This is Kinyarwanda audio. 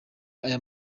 aya